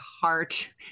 heart